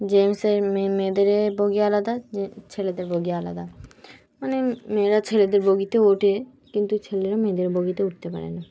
জেন্টসদের মেয়ে মেয়েদের বগি আলাদা ছেলেদের বগি আলাদা মানে মেয়েরা ছেলেদের বগিতে ওঠে কিন্তু ছেলেরা মেয়েদের বগিতে উঠতে পারে না